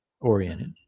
oriented